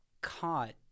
caught